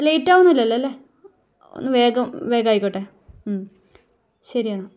ലേറ്റാവുകയൊന്നും ഇല്ലല്ലോ അല്ലേ ഒന്ന് വേഗം വേഗമായിക്കോട്ടെ ശരിയെന്നാൽ